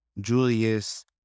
Julius